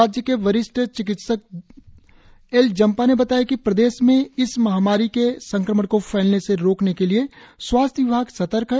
राज्य के वरिष्ठ चिकित्सक एल जांपा ने बताया कि प्रदेश मे इस महामारी के संक्रमण को फैलने से रोकने के लिए स्वास्थ्य विभाग सतर्क है